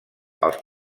als